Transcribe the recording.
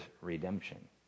redemption